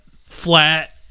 flat